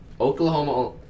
Oklahoma